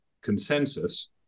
consensus